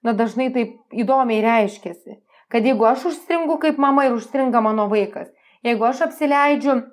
na dažnai taip įdomiai reiškiasi kad jeigu aš užstringu kaip mama ir užstringa mano vaikas jeigu aš apsileidžiu